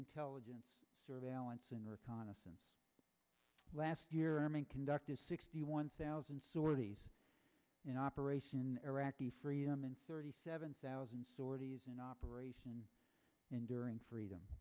intelligence surveillance and reconnaissance last year arming conducted sixty one thousand sorties in operation iraqi freedom and thirty seven thousand sorties in operation enduring freedom